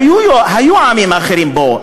היו עמים אחרים פה,